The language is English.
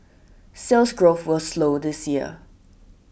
Sales Growth will slow this year